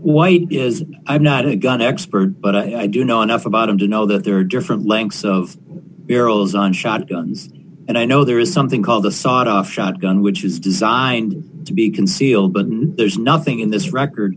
white is i'm not a gun expert but i do know enough about them to know that there are different lengths of barrels and shotguns and i know there is something called the sod off shotgun which is designed to be concealed but there's nothing in this record